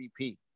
MVP